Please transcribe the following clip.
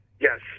Yes